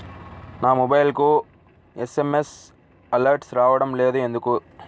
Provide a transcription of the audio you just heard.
నా మొబైల్కు SMS alerts రావడం లేదు ఎందుకు?